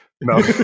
No